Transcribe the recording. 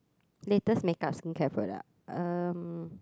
latest makeup skincare product um